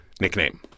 nickname